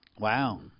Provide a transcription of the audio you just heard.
Wow